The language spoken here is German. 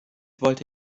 wollte